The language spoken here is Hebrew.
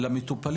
הלכה למעשה.